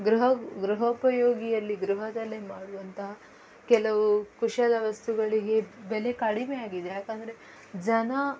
ಗೃಹ ಗೃಹಪಯೋಗಿಯಲ್ಲಿ ಗೃಹದಲ್ಲೇ ಮಾಡುವಂತಹ ಕೆಲವು ಕುಶಲ ವಸ್ತುಗಳಿಗೆ ಬೆಲೆ ಕಡಿಮೆ ಆಗಿದೆ ಯಾಕೆಂದರೆ ಜನ